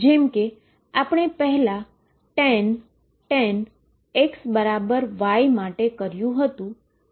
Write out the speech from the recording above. જેમ કે આપણે પહેલા tan X Y માટે કર્યું હતું તેમ